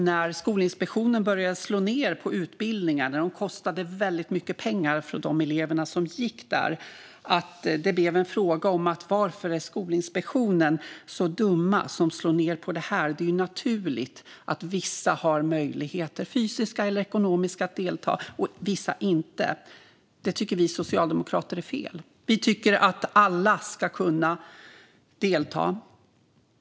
När Skolinspektionen började slå ned på utbildningar som kostade väldigt mycket pengar för eleverna som gick där förstår jag att en fråga blev: Varför är Skolinspektionen så dumma och slår ned på det här? Man ansåg att det var naturligt att vissa har möjligheter, fysiska eller ekonomiska, att delta och vissa inte. Vi socialdemokrater tycker att det är fel. Vi tycker att alla ska kunna delta.